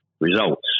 results